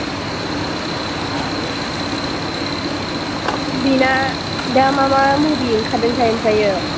बेना दा मा मा मुभि ओंखारदोंथाय ओमफ्राय